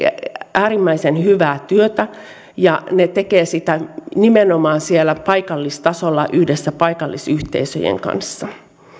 äärimmäisen hyvää työtä ja ne tekevät sitä nimenomaan siellä paikallistasolla yhdessä paikallisyhteisöjen kanssa